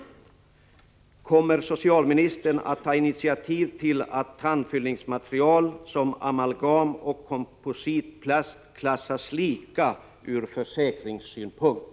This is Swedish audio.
Kommer socialministern att ta initiativ till att tandfyllningsmaterial som amalgam och kompositplast klassas lika ur försäkringssynpunkt?